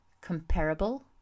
Comparable